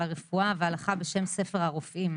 הרפואה וההלכה ספר בשמו "ספר הרופאים",